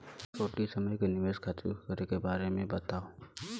छोटी समय के निवेश खातिर कुछ करे के बारे मे बताव?